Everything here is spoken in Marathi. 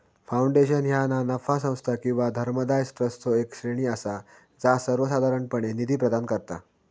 फाउंडेशन ह्या ना नफा संस्था किंवा धर्मादाय ट्रस्टचो येक श्रेणी असा जा सर्वोसाधारणपणे निधी प्रदान करता